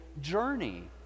journey